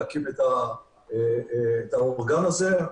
להקים את האורגן הזה.